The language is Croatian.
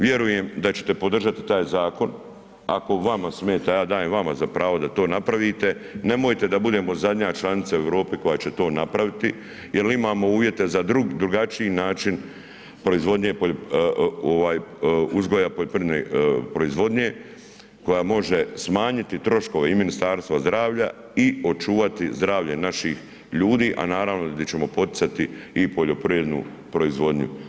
Vjerujem da ćete podržati taj zakon, ako vama smeta, ja dajem vama za pravo da to napravite, nemojte da budemo zadnja članica Europe koje će to napraviti jer imamo uvjete za drugačiji način proizvodnje, uzgoja poljoprivredne proizvodnje koja može smanjiti troškove i Ministarstva zdravlja i očuvati zdravlje naših ljudi, a naravno i di ćemo poticati i poljoprivrednu proizvodnju.